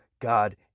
God